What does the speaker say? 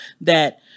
that-